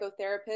psychotherapist